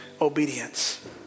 obedience